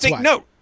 No